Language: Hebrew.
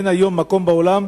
אין היום מקום בעולם